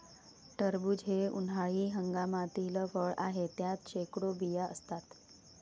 टरबूज हे उन्हाळी हंगामातील फळ आहे, त्यात शेकडो बिया असतात